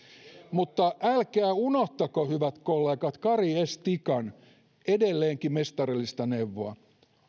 mutta älkää unohtako hyvät kollegat kari s tikan edelleenkin mestarillista neuvoa